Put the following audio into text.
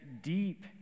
deep